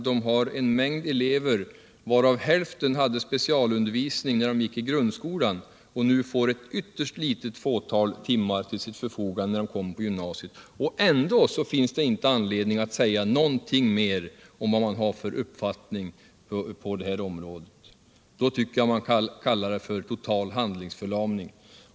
De har en mängd elever, oth hälften av dem fick specialundervisning i grundskolan. Nu får de på gymnasiet ett ytterst litet antal timmar till sitt förfogande. Ändå anses det tydligen inte att det finns någon anledning att säga någonting mer om vilken uppfattning man har på det här området. Då tycker jag man kan tala om total handlingsförlamning.